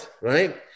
right